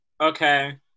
okay